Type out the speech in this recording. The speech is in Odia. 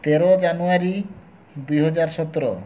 ତେର ଜାନୁୟାରୀ ଦୁଇ ହଜାର ସତର